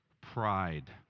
pride